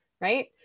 Right